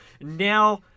Now